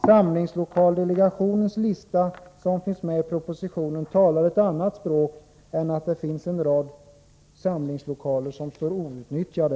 Samlingslokaldelegationens lista, som finns med i propositionen, talar ett annat språk än att det finns en rad samlingslokaler som står outnyttjade.